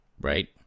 Right